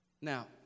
Now